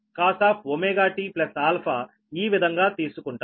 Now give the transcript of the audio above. cos ωtα ఈ విధంగా తీసుకుంటారు